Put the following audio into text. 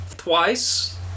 Twice